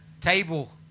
table